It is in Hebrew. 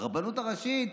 הרבנות הראשית.